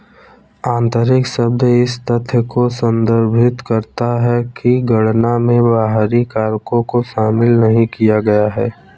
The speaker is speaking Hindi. आंतरिक शब्द इस तथ्य को संदर्भित करता है कि गणना में बाहरी कारकों को शामिल नहीं किया गया है